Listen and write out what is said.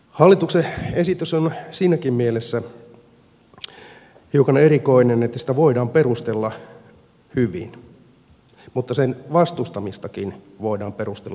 hallituksen esitys on siinäkin mielessä hiukan erikoinen että sitä voidaan perustella hyvin mutta sen vastustamistakin voidaan perustella hyvin